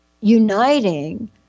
Uniting